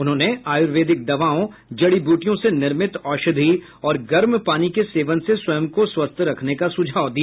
उन्होंने आयुर्वेदिक दवाओं जड़ी बूटियों से निर्मित औषधि और गर्म पानी के सेवन से स्वयं को स्वस्थ रखने का सुझाव दिया